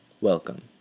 Welcome